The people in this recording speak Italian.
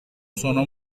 sono